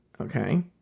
okay